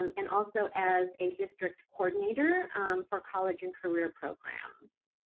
um and also as a district coordinator for college and career programs.